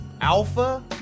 Alpha